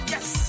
Yes